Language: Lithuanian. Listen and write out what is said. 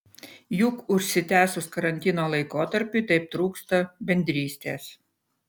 juk užsitęsus karantino laikotarpiui taip trūksta bendrystės